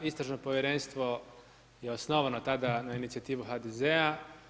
Istražno povjerenstvo je osnovano tada na inicijativu HDZ-a.